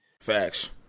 Facts